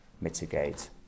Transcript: mitigate